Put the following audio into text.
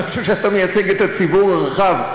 אני חושב שאתה מייצג את הציבור הרחב.